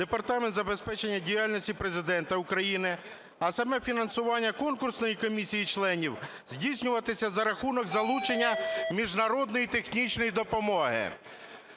Департамент забезпечення діяльності Президента України, а саме фінансування конкурсної комісії і членів здійснюватиметься за рахунок залучення міжнародної технічної допомоги.